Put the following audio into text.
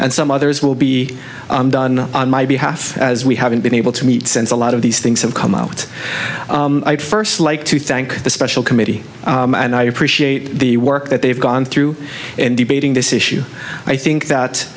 and some others will be done on my behalf as we haven't been able to meet since a lot of these things have come out first like to thank the special committee and i appreciate the work that they've gone through and debating this issue i think that